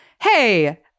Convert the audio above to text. hey